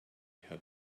had